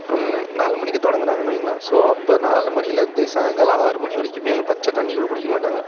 நாலு மணிக்கு தொடங்குறாங்கன்னு வையுங்களேன் ஸோ அப்போ நாலு மணியிலேருந்து சாயங்காலம் ஆறு மணி வரைக்கும் பச்சை தண்ணிக் கூட குடிக்க மாட்டாங்க